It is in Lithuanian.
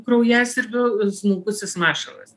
kraujasiurbio smulkusis mašalas